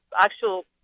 actual